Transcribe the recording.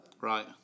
right